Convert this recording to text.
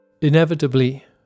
Inevitably